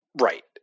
Right